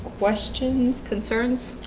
questions concerns,